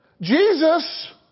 Jesus